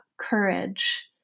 courage